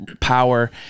power